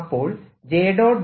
അപ്പോൾ j